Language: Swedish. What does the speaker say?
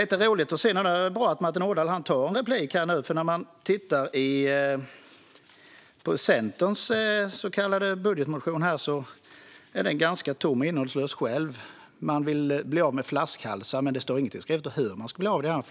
Det var bra att Martin Ådahl begärde replik, för när man tittar på Centerns så kallade budgetmotion ser man att den är ganska tom och innehållslös. Man vill bli av med flaskhalsar, men det står inget skrivet om hur man vill bli av med dem.